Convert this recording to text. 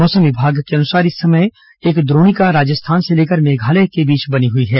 मौसम विभाग के अनुसार इस समय एक द्रोणिका राजस्थान से लेकर मेघालय के बीच बनी हुई है